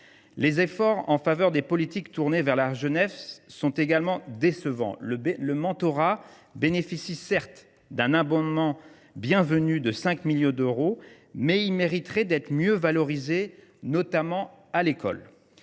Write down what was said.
Les efforts en faveur des politiques tournées vers la jeunesse sont également décevants : certes, le mentorat bénéficie d’un abondement bienvenu de 5 millions d’euros, mais il mériterait d’être mieux valorisé, notamment à l’école.